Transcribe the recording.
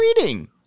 reading